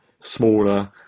smaller